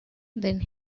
then